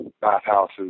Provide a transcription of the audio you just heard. bathhouses